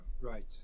right